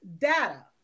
data